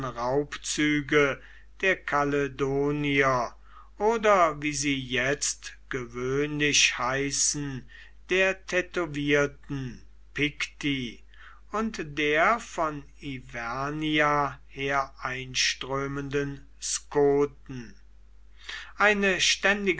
raubzüge der kaledonier oder wie sie jetzt gewöhnlich heißen der tätowierten picti und der von ivernia her einströmenden skoten eine